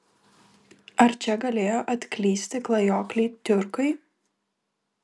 ar čia galėjo atklysti klajokliai tiurkai